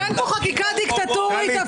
אין פה חקיקה דיקטטורית.